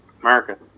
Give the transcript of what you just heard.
America